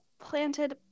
planted